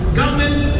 government